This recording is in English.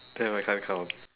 damn I can't count